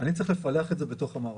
אני צריך לפלח את זה בתוך המערכות.